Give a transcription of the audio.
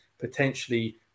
potentially